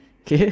K